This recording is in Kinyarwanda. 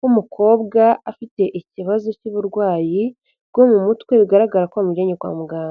w'umukobwa afite ikibazo cy'uburwayi bwo mu mutwe. Bigaragara ko bamumujyanye kwa muganga.